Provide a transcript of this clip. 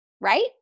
right